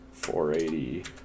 480